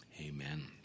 Amen